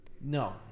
No